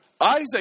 Isaac